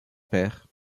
père